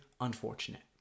unfortunate